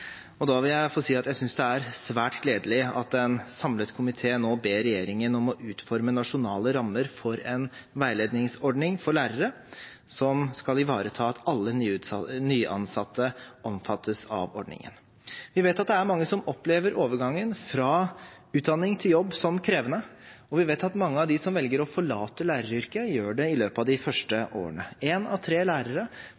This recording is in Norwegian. og da vil jeg få si at jeg synes det er svært gledelig at en samlet komité nå ber regjeringen om å utforme nasjonale rammer for en veiledningsordning for lærere som skal ivareta at alle nyansatte omfattes av ordningen. Vi vet at det er mange som opplever overgangen fra utdanning til jobb som krevende, og vi vet at mange av dem som velger å forlate læreryrket, gjør det i løpet av de første